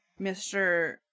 Mr